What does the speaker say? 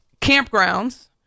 campgrounds